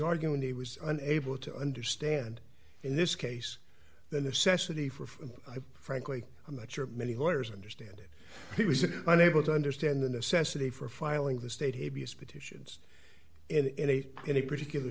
arguing he was unable to understand in this case the necessity for frankly i'm not sure many lawyers understand it he was unable to understand the necessity for filing the state he shoots in a any particular